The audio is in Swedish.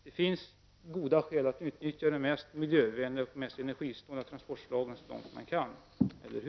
Det finns goda skäl att så långt möjligt utnyttja det mest miljövänliga och mest energisnåla transportslaget så långt man kan. Eller hur?